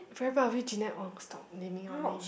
very proud of you Jeanette oh stop naming our name